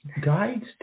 guides